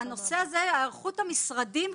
היערכות המשרדים כבר עובדת.